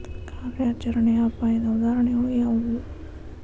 ಕಾರ್ಯಾಚರಣೆಯ ಅಪಾಯದ ಉದಾಹರಣೆಗಳು ಯಾವುವು